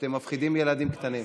שאתם מפחידים ילדים קטנים,